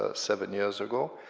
ah seven years ago.